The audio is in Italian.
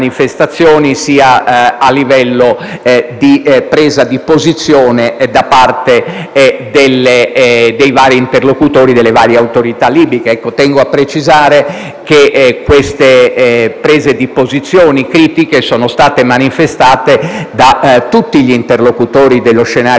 sia a livello di presa di posizione da parte dei diversi interlocutori delle varie autorità libiche. Tengo a precisare che queste prese di posizione critiche sono state manifestate da tutti gli interlocutori dello scenario